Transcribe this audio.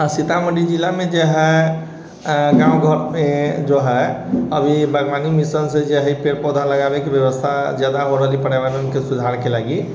सीतामढ़ी जिलामे जे हय गाँव घरमे जे हय अभी बागवानी मिशनसँ जे हय पेड़ पौधा लगाबैके व्यवस्था जादा हो रहल छै पर्यावरणके सुधारके लागि